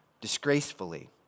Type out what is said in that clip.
disgracefully